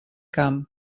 camp